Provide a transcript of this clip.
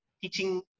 teaching